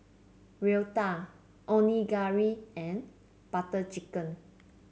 Raita Onigiri and Butter Chicken